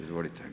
Izvolite.